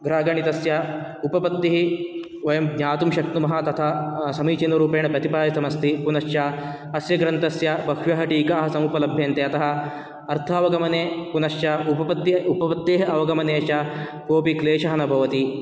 ग्रहगणितस्य उपपत्तिः वयं ज्ञातुं शक्नुमः तथा समीचिनरूपेण प्रतिपादितमस्ति पुनश्च अस्य ग्रन्थस्य बह्व्यः टीकाः समुपलभ्यन्ते अतः अर्थावगमने पुनश्च उपपत्ति उपपत्तेः अवगमने च कोऽपि क्लेशः न भवति